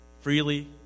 Freely